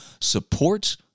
support